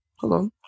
Hello